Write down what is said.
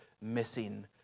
missing